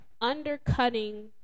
undercutting